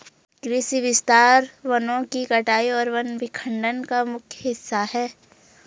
कृषि विस्तार वनों की कटाई और वन विखंडन का मुख्य हिस्सा है